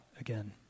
again